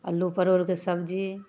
अल्लू परोरके सब्जी